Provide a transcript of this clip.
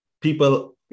people